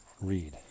read